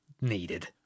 needed